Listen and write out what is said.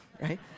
right